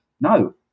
No